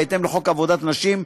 בהתאם לחוק עבודת נשים,